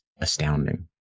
astounding